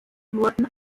wurden